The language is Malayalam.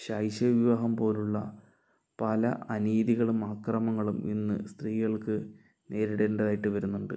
ശൈശവ വിവാഹം പോലുള്ള പല അനീതികളും അക്രമണങ്ങളും ഇന്ന് സ്ത്രീകൾക്ക് നേരിടേണ്ടതായിട്ട് വരുന്നുണ്ട്